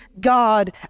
God